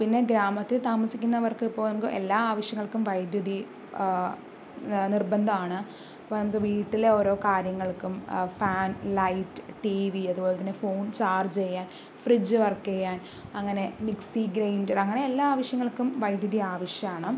പിന്നെ ഗ്രാമത്തിൽ താമസിക്കുന്നവർക്ക് ഇപ്പോൾ എല്ലാ ആവശ്യങ്ങൾക്കും വൈദ്യുതി നിർബന്ധമാണ് ഇപ്പോൾ നമുക്ക് വീട്ടിലെ ഓരോ കാര്യങ്ങൾക്കും ഫാൻ ലൈറ്റ് ടിവി അതുപോലെ തന്നെ ഫോൺ ചാർജ് ചെയ്യാൻ ഫ്രിഡ്ജ് വർക്ക് ചെയ്യാൻ അങ്ങനെ മിക്സി ഗ്രൈൻഡർ അങ്ങനെ എല്ലാ ആവശ്യങ്ങൾക്കും വൈദ്യുതി ആവശ്യമാണ്